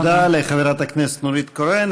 תודה לחברת הכנסת נורית קורן.